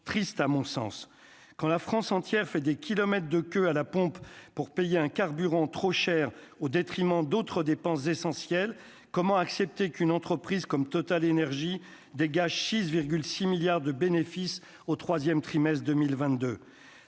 triste à mon sens, quand la France entière et des kilomètres de queue à la pompe pour payer un carburant trop cher au détriment d'autres dépenses essentielles : comment accepter qu'une entreprise comme Total énergies des 6 6 milliards de bénéfice au 3ème trimestre 2022